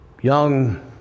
young